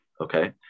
Okay